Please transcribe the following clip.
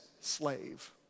slave